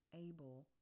able